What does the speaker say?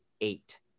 eight